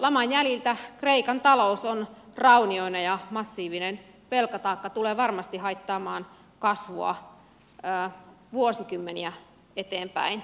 laman jäljiltä kreikan talous on raunioina ja massiivinen velkataakka tulee varmasti haittaamaan kasvua vuosikymmeniä eteenpäin